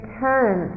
turn